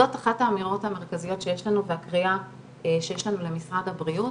זאת אחת האמירות המרכזיות שיש לנו והקריאה שיש לנו למשרד הבריאות,